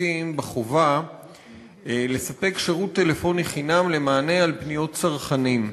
עוסקים בחובה לספק שירות טלפוני חינם למענה על פניות צרכנים.